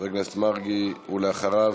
חבר הכנסת מרגי, ואחריו,